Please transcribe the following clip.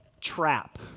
trap